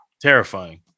Terrifying